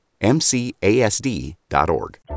MCASD.org